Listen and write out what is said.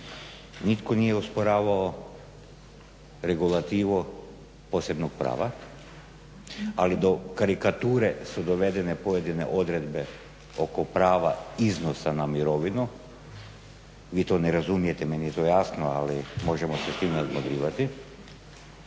Nitko nije osporavao regulativu posebnog prava, ali do karikature su dovedene pojedine odredbe oko prava iznosa na mirovinu, vi to ne razumijete, meni je to jasno, ali možemo se s time nadmudrivati.